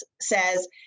says